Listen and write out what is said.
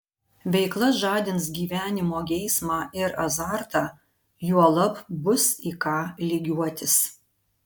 veikla žadins gyvenimo geismą ir azartą juolab bus į ką lygiuotis